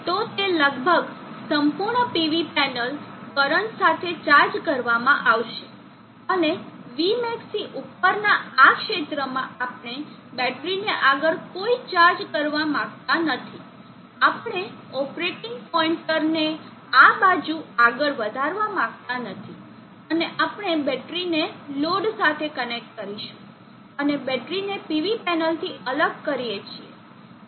તો તે લગભગ સંપૂર્ણ PV પેનલ કરંટ સાથે ચાર્જ કરવામાં આવશે અને Vmax થી ઉપરના આ ક્ષેત્રમાં આપણે બેટરીને આગળ કોઈ ચાર્જ કરવા માંગતા નથી આપણે ઓપરેટિંગ પોઇન્ટરને આ બાજુ આગળ વધારવા માંગતા નથી અને આપણે બેટરીને લોડ સાથે કનેક્ટ કરીશું અને બેટરીને PV પેનલથી અલગ કરીએ છીએ